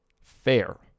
fair